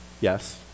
Yes